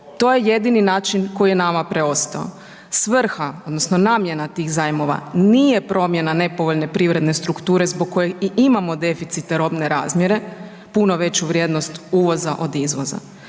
to je jedini način koji je nama preostao. Svrha odnosno namjena tih zamjena nije promjena nepovoljne privredne strukture zbog koje i imamo deficite robne razmjere, puno veću vrijednost uvoza od izvoza.